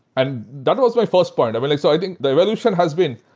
and that was my first point. i but like so i think the evolution has been